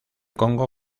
congo